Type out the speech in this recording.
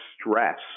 stress